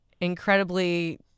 incredibly